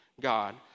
God